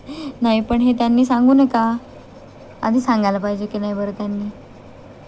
नाही पण हे त्यांनी सांगू नाही का आधी सांगायला पाहिजे की नाही बरं त्यांनी